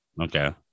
Okay